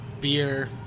beer